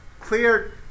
clear